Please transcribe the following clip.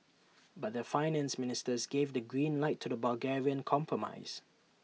but their finance ministers gave the green light to the Bulgarian compromise